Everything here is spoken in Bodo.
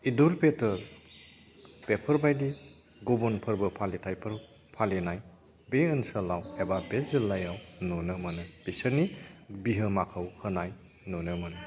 इद उल फिथुर बेफोरबादि गुबुन फोरबो फालिथायफोरबो फालिनाय बे ओनसोलाव एबा बे जिल्लायाव नुनो मोनो बिसोरनि बिहोमाखौ होनाय नुनो मोनो